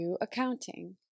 accounting